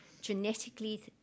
genetically